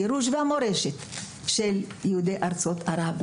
הגירוש והמורשת של יהודי ארצות ערב.